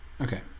Okay